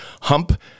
hump